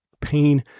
pain